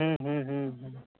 ह्म्म ह्म्म ह्म्म ह्म्म